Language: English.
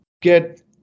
get